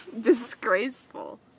Disgraceful